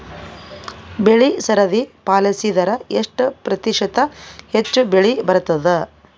ಬೆಳಿ ಸರದಿ ಪಾಲಸಿದರ ಎಷ್ಟ ಪ್ರತಿಶತ ಹೆಚ್ಚ ಬೆಳಿ ಬರತದ?